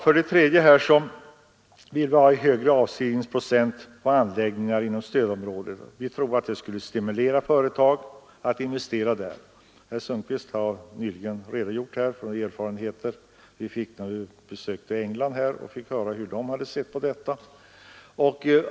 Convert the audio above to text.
Vårt tredje yrkande gäller högre avskrivningsprocent på anläggningar inom stödområdet. Vi tror att det skulle stimulera företag att investera där. Herr Sundkvist har nyss redogjort för erfarenheterna från vårt besök i England, då vi fick höra hur engelsmännen ser på detta.